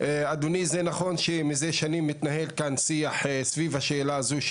אבל ראית שיש הפרה, אתה אומר